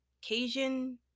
Cajun-